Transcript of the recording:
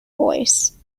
voice